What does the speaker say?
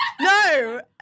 No